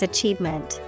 Achievement